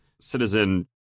citizen